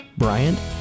Bryant